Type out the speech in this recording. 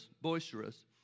boisterous